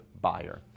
buyer